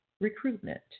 recruitment